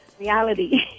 reality